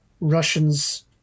Russians